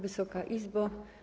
Wysoka Izbo!